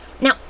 Now